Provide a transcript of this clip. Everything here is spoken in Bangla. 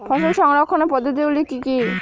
ফসল সংরক্ষণের পদ্ধতিগুলি কি কি?